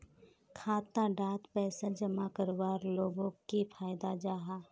खाता डात पैसा जमा करवार लोगोक की फायदा जाहा?